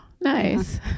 nice